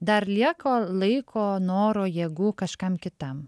dar lieka laiko noro jėgų kažkam kitam